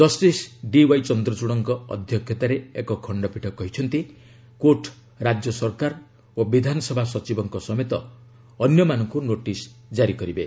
justice D Y ଚନ୍ଦ୍ରଚୃଡଙ୍କ ଅଧ୍ୟକ୍ଷତାରେ ଏକ ଖଣ୍ଡପୀଠ କହିଛନ୍ତି କୋର୍ଟ ରାଜ୍ୟ ସରକାର ଓ ବିଧାନସଭା ସଚିବଙ୍କ ସମେତ ଅନ୍ୟମାନଙ୍କୁ ନୋଟିସ୍ ଜାରି କରିବେ